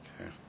okay